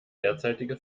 derzeitige